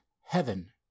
heaven